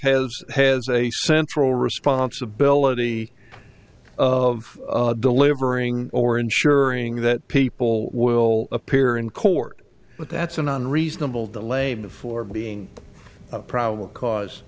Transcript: has has a central responsibility of delivering or ensuring that people will appear in court but that's an unreasonable dilemma for being probable cause